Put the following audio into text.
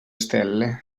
stelle